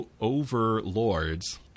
overlords